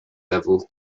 level